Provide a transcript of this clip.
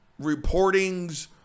Reportings